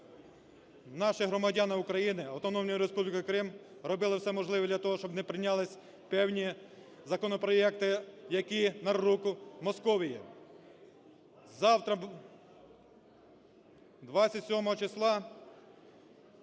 наші громадяни в Автономній Республіці Крим робили все можливо для того, щоб не прийнялись певні законопроекти, які на руку Московії. Завтра, 27 числа,